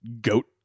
goat